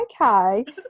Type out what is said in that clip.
okay